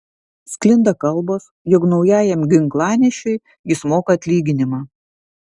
sklinda kalbos jog naujajam ginklanešiui jis moka atlyginimą